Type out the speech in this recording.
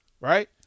Right